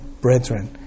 brethren